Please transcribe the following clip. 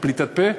פליטת פה,